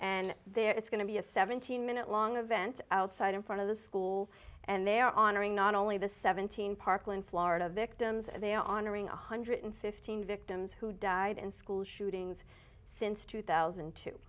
and there is going to be a seventeen minute long event outside in front of the school and they are honoring not only the seventeen parklane florida victims they are honoring one hundred fifteen victims who died in school shootings since two thousand